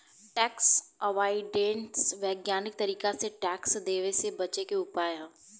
tax avoidance वैज्ञानिक तरीका से टैक्स देवे से बचे के उपाय ह